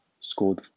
scored